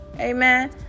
Amen